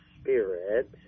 Spirit